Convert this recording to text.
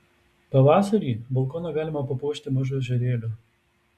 pavasarį balkoną galima papuošti mažu ežerėliu